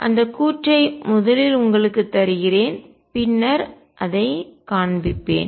அந்த கூற்றை முதலில் உங்களுக்கு தருகிறேன் பின்னர் அதை காண்பிப்பேன்